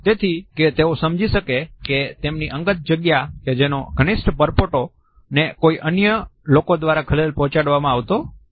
તેથી કે તેઓ સમજી શકે કે તેમની અંગત જગ્યા કે જેનો ઘનિષ્ઠ પરપોટાને કોઈ અન્ય લોકો દ્વારા ખલેલ પહોંચાડવામાં આવતી નથી